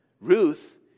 Ruth